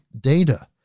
data